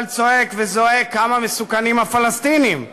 אבל צועק וזועק כמה מסוכנים הפלסטינים.